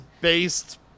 based